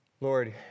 Lord